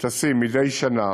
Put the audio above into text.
וטסים מדי שנה